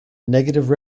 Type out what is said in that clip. negative